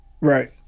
Right